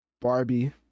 Barbie